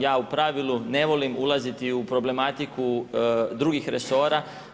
Ja u pravilu ne veliko ulaziti u problematiku drugih resora.